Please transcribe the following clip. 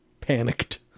Panicked